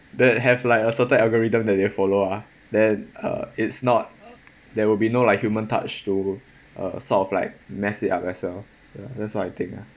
that have like a certain algorithm that they follow ah then uh it's not there will be no like human touch to uh sort of like mess it up as well ya that's what I think ah